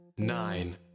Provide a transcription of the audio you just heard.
Nine